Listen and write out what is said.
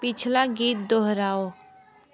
पिछला गीत दोहराओ